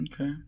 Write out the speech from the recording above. Okay